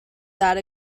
that